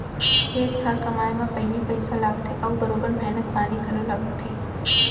खेत खार कमाए म पहिली पइसा लागथे अउ बरोबर मेहनत पानी घलौ लागथे